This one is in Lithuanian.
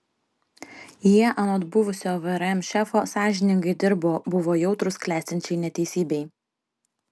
jie anot buvusio vrm šefo sąžiningai dirbo buvo jautrūs klestinčiai neteisybei